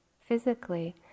physically